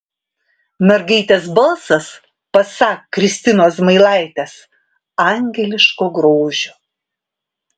mergaitės balsas pasak kristinos zmailaitės angeliško grožio